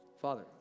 Father